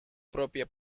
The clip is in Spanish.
propia